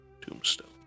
Tombstone